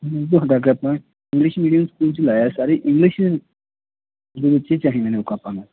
English medium school ਚ ਲਾਇਆ sir English ਵਿਚ ਹੀ ਚਾਹੀਦੇ ਨੇ ਬੁੱਕਾ ਤਾਂ